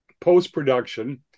post-production